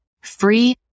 free